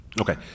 Okay